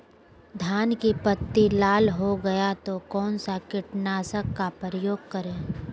धान की पत्ती लाल हो गए तो कौन सा कीटनाशक का प्रयोग करें?